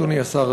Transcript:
אדוני השר,